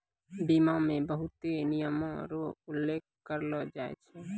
बीमा मे बहुते नियमो र उल्लेख करलो जाय छै